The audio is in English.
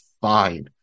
fine